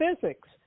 physics